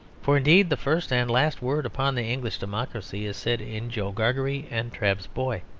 for, indeed, the first and last word upon the english democracy is said in joe gargery and trabb's boy.